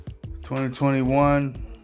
2021